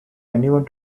anyone